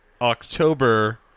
October